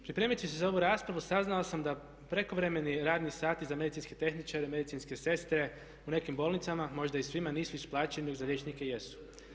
Pripremajući se za ovu raspravu saznao sam da prekovremeni radni sati za medicinske tehničare, medicinske sestre u nekim bolnicama, možda i svima nisu isplaćeni, za liječnike jesu.